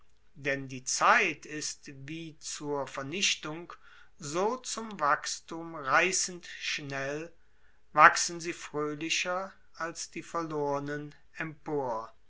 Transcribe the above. denn die zeit ist wie zur vernichtung so zum wachsthum reißend schnell wachsen sie fröhlicher als die verlornen empor